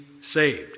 saved